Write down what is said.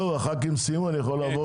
חברי הכנסת סיימו, אני יכול לעבור למוזמנים?